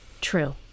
True